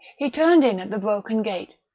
he turned in at the broken gate,